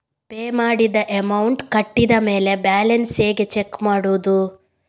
Pay ಮಾಡಿದ amount ಕಟ್ಟಿದ ಮೇಲೆ ಬ್ಯಾಲೆನ್ಸ್ ಹೇಗೆ ಚೆಕ್ ಮಾಡುವುದು?